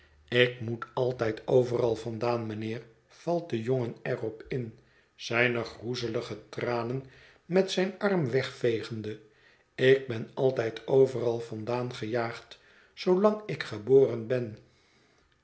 ik moet altijd overal vandaan mijnheer valt de jongen er op in zijne groezelige tranen met zijn arm wegvegende ik ben altijd overal vandaan gejaagd zoolang ik geboren ben